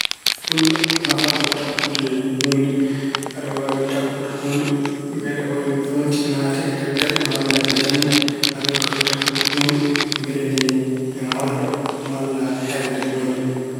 Fulla nafata ko ko tappude huunde. Aɗa waawi tappude huunde mbele wayno poonti naata e leggal malla e njamndi. Aɗa waawi kadi tappude huunde mbele ne moorlo walla helde huunde.